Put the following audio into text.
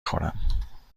خورم